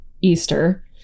Easter